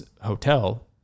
hotel